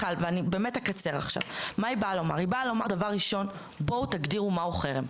היא באה לומר דבר ראשון בואו תגדירו מהו חרם.